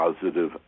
positive